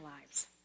lives